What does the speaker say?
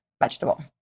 vegetable